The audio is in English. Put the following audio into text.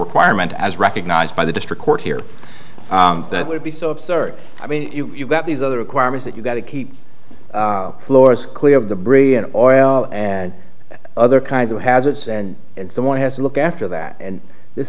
requirement as recognized by the district court here that would be so absurd i mean you've got these other requirements that you've got to keep floors clear of the bridge and oil and other kinds of hazards and so one has to look after that and this